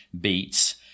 beats